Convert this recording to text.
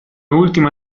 ultima